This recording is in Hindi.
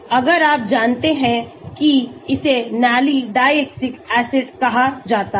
अगर आप जानते हैं कि इसे Nalidixic acid कहा जाता है